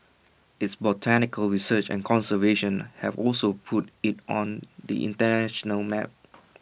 its botanical research and conservation have also put IT on the International map